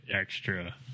extra